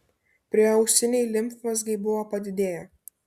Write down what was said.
prieausiniai limfmazgiai buvo padidėję